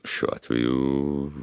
šiuo atveju